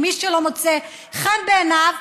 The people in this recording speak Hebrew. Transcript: ומי שלא מוצא חן בעיניו,